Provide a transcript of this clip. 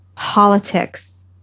politics